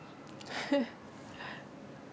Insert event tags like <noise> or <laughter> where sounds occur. <laughs>